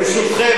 ברשותכם,